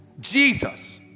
Jesus